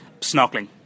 Snorkeling